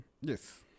Yes